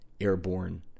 Airborne